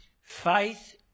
faith